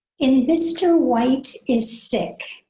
in mr. white is sick,